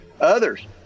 others